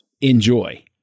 Enjoy